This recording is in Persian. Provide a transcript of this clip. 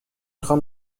خوام